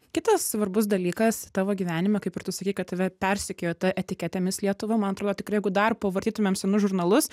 kitas svarbus dalykas tavo gyvenime kaip ir tu sakei kad tave persekiojo tą etiketė mis lietuva man atrodo tikrai jeigu dar pavartytumėm senus žurnalus